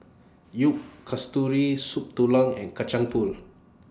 YOU Kasturi Soup Tulang and Kacang Pool